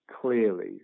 clearly